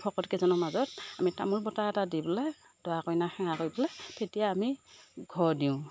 ভকত কেইজনৰ মাজত আমি তামোল বটা এটা দি পেলাই দৰা কইনাক সেৱা কৰি পেলাই তেতিয়া আমি ঘৰ দিওঁ